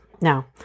Now